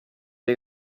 dei